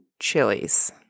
chilies